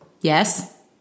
Yes